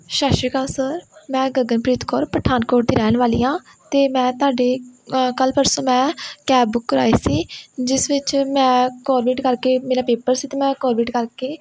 ਸਤਿ ਸ਼੍ਰੀ ਅਕਾਲ ਸਰ ਮੈਂ ਗਗਨਪ੍ਰੀਤ ਕੌਰ ਪਠਾਨਕੋਟ ਦੀ ਰਹਿਣ ਵਾਲੀ ਹਾਂ ਅਤੇ ਮੈਂ ਤੁਹਾਡੇ ਕੱਲ੍ਹ ਪਰਸੋਂ ਮੈਂ ਕੈਬ ਬੁੱਕ ਕਰਵਾਈ ਸੀ ਜਿਸ ਵਿੱਚ ਮੈਂ ਕੋਵਿਡ ਕਰਕੇ ਮੇਰੇ ਪੇਪਰ ਸੀ ਅਤੇ ਮੈਂ ਕੋਵਿਡ ਕਰਕੇ